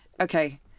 Okay